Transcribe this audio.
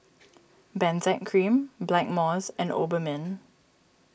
Benzac Cream Blackmores and Obimin